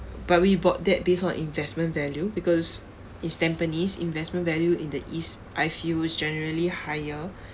but we bought that based on investment value because it's tampines investment value in the east I feel is generally higher